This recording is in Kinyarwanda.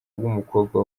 bw’umukobwa